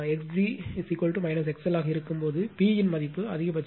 X g XL ஆக இருக்கும்போது P இன் மதிப்பு அதிகபட்சம்